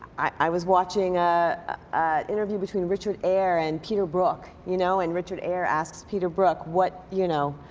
i was watching a interview between richard eyre and peter brook. you know and richard eyre asks peter brook what, you know,